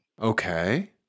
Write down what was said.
Okay